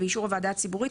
באישור הוועדה הציבורית,